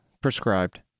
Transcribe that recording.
prescribed